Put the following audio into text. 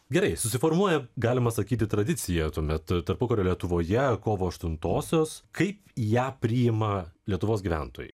gerai susiformuoja galima sakyti tradicija tuomet tarpukario lietuvoje kovo aštuntosios kaip ją priima lietuvos gyventojai